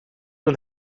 een